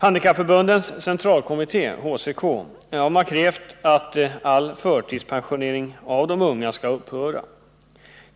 Handikappförbundens centralkommitté har krävt att all förtidspensionering av de unga skall upphöra.